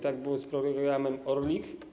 Tak było z programem ˝Orlik˝